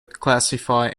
classify